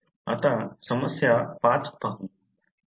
आता समस्या 5 पाहू